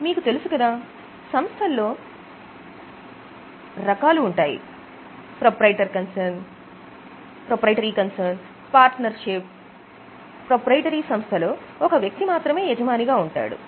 మీకు తెలుసు కదా సంస్థల్లో రకాలు ప్రొప్రైటరీ కన్సర్న్ ప్రొప్రైటరీ సంస్థలో ఒక వ్యక్తి మాత్రమే యజమానిగా ఉంటాడు